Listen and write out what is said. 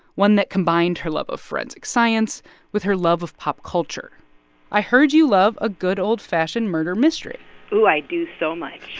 one that combined her love of forensic science with her love of pop culture i heard you love a good old-fashioned murder mystery ooh, i do so much